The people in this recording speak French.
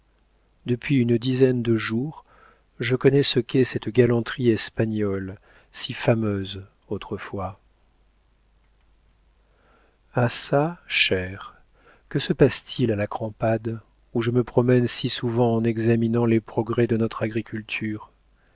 depuis une dizaine de jours je connais ce qu'est cette galanterie espagnole si fameuse autrefois ah çà chère que se passe-t-il à la crampade où je me promène si souvent en examinant les progrès de notre agriculture